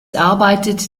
arbeitet